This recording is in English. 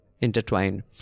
intertwined